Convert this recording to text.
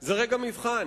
זה רגע מבחן,